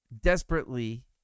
desperately